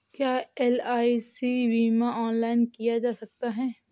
क्या एल.आई.सी बीमा ऑनलाइन किया जा सकता है?